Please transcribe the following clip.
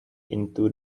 into